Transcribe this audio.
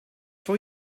for